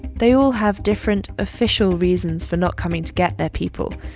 they all have different, official reasons for not coming to get their people.